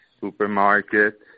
supermarket